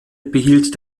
behielt